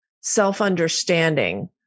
self-understanding